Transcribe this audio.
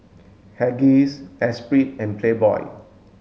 Huggies Esprit and Playboy